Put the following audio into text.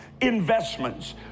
investments